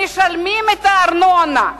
שמשלמים את הארנונה,